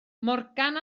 morgan